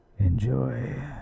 enjoy